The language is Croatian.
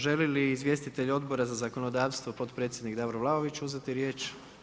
Želi li izvjestitelj Odbora za zakonodavstvo, potpredsjednik Davor Vlaović uzeti riječ?